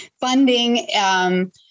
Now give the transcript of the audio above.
funding